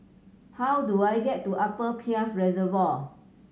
how do I get to Upper Peirce Reservoir